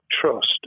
trust